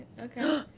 Okay